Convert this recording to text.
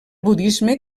budisme